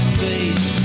face